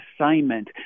assignment